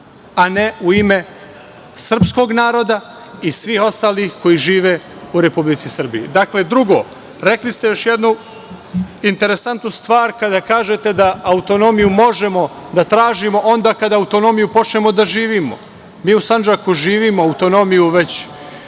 a ne u ime srpskog naroda i svih ostalih koji žive u Republici Srbiji. Dakle, drugo, rekli ste još jednu interesantnu stvar, kada kažete da autonomiju možemo da tražimo onda kada autonomiju počnemo da živimo. Mi u Sandžaku živimo autonomiju već